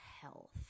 health